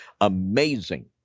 Amazing